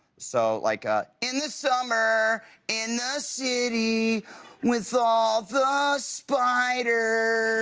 so like ah in the summer in the city with all the spiders.